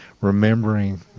remembering